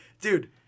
dude